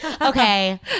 Okay